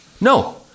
No